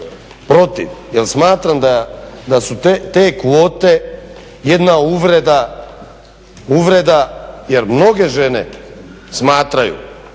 protiv, jer smatram da su te kvote jedna uvreda jer mnoge žene smatraju,